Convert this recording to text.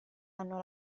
hanno